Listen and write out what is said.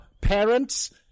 parents